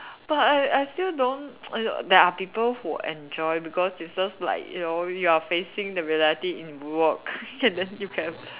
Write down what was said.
but I I still don't there there are people who enjoy because it's just like you know you are facing the reality in work and then you have